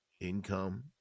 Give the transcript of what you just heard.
income